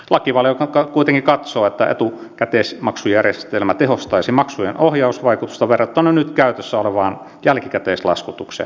lakivaliokunta kuitenkin katsoo että etukäteismaksujärjestelmä tehostaisi maksujen ohjausvaikutusta verrattuna nyt käytössä olevaan jälkikäteislaskutukseen